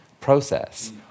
process